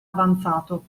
avanzato